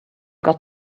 got